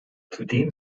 zudem